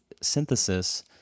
synthesis